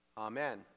Amen